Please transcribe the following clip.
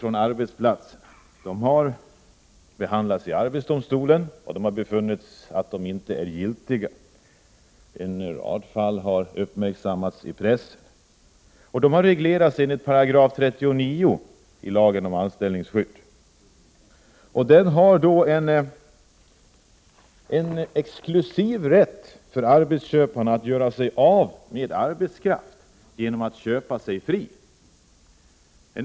Flera fall har behandlats i arbetsdomstolen. Där har man funnit att avskedandena inte har varit giltiga. H En rad fall som har reglerats enligt § 39 lagen om anställningsskydd har uppmärksammats i pressen. Denna paragraf ger arbetsköparen en exklusiv rätt att göra sig av med arbetskraft genom att köpa sig fri.